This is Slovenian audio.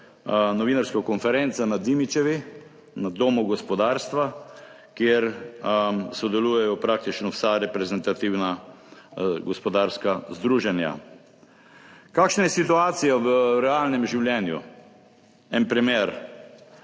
novinarska konferenca na Dimičevi, na domu gospodarstva, kjer sodelujejo praktično vsa reprezentativna gospodarska združenja. Kakšna je situacija v realnem življenju? En primer.